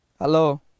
Hello